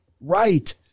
Right